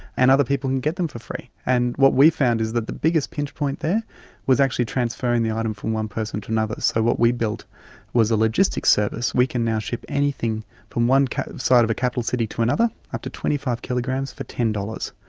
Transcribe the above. and other people can get them for free. and what we found is that the biggest pinch point there was actually transferring the item from one person to another, so what we built was a logistics service. we can now ship anything from one kind of side of a capital city to another, up to twenty five kilograms for ten dollars,